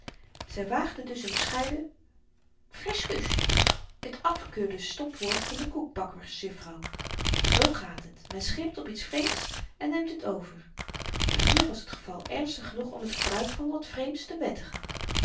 zy waagde dus n bescheiden friskuus het afgekeurde stopwoord van de koekbakkersjuffrouw zoo gaat het men schimpt op iets vreemds en neemt het over maar hier was t geval ernstig genoeg om t gebruik van wat vreemds te wettigen